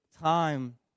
time